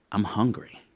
i'm hungry.